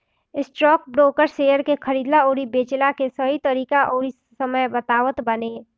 stockbroker share के खरीदला अउरी बेचला कअ सही तरीका अउरी समय बतावत बाने